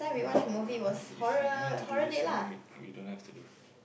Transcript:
right ya if you don't want to do this you you don't have to do